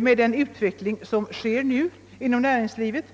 med den utveckling som nu pågår inom näringslivet.